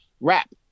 rap